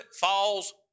falls